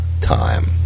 time